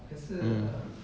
mm